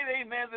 amen